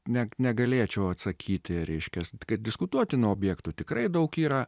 ne negalėčiau atsakyti reiškias kad diskutuotinų objektų tikrai daug yra